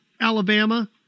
Alabama